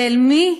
ואל מי?